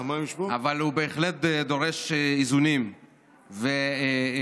אבל הוא בהחלט דורש איזונים ושינויים,